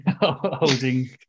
holding